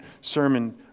sermon